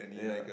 yeah